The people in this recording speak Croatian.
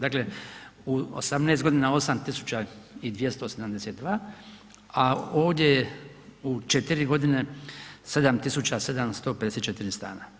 Dakle u 18 godina 8272 a ovdje je u 4 godine 7754 stana.